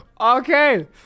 Okay